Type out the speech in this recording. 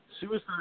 Suicide